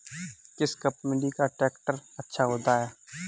किस कंपनी का ट्रैक्टर अच्छा होता है?